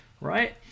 right